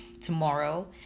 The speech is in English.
tomorrow